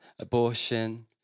abortion